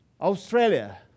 Australia